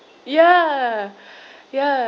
ya ya